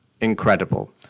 incredible